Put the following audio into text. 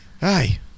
Hey